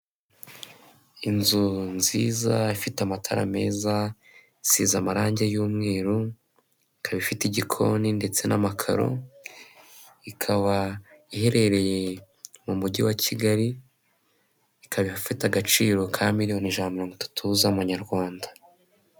Inzu nziza ifite amatara meza isize amarangi y'umweru ikaba ifite igikoni ndetse n'amakaro, ikaba iherereye mu mujyi wa Kigali, ikaba ifite agaciro ka miliyoni ijana na mirongo itatu z'amanyarwanda.